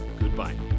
goodbye